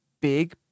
big